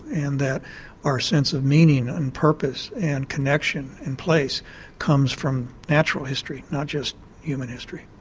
and that our sense of meaning and purpose and connection and place comes from natural history, not just human history.